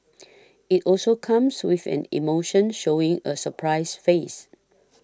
it also comes with an emotion showing a surprised face